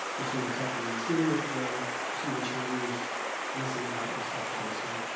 we see what's happening in syria today. we see the chinese messing about in the south china sea.